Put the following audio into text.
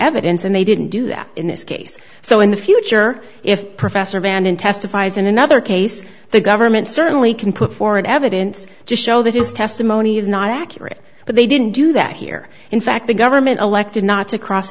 evidence and they didn't do that in this case so in the future if professor vanden testifies in another case the government certainly can put forward evidence to show that is testimony is not accurate but they didn't do that here in fact the government elected not to cross